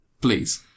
Please